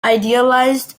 idealized